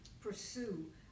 pursue